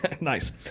Nice